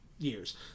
years